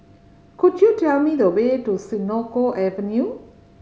could you tell me the way to Senoko Avenue